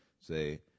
say